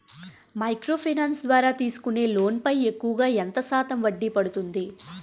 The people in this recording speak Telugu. మైక్రో ఫైనాన్స్ ద్వారా తీసుకునే లోన్ పై ఎక్కువుగా ఎంత శాతం వడ్డీ పడుతుంది?